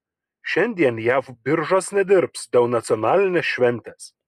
šiandien jav biržos nedirbs dėl nacionalinės šventės